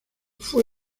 fue